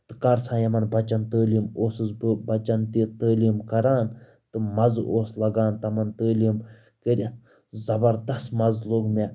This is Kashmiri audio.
تہٕ کَر سا یِمَن بَچن تٲلیٖم اوسُس بہٕ بَچن تہِ تٲلیٖم کران تہٕ مَزٕ اوس لگان تِمَن تٲلیٖم کٔرِتھ زبردست مَزٕ لوٚگ مےٚ